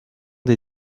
des